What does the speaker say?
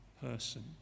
person